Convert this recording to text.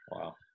wow